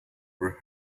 were